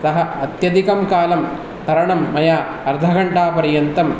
अतः अत्यधिकं कालं तरणं मया अर्धघण्टापर्यन्तं